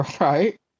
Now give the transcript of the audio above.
Right